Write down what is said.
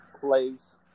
place